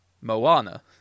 Moana